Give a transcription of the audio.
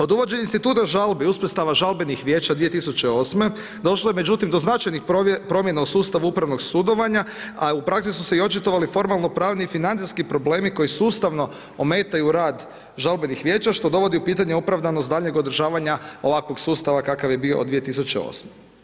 Od uvođenja instituta žalbe i uspostave žalbenih vijeća 2008. došlo je do značajnih promjena u sustavu upravnog sudovanja, a u praksi su se i očitovali formalno pravni i financijski problemi koji sustavno ometaju rad žalbenih vijeća što dovodi u pitanje opravdanost daljnjeg održavanja ovakvog sustava kakav je bio od 2008.